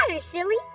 silly